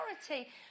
authority